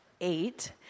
eight